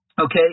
okay